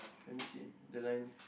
let me see the line